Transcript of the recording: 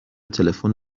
تلفن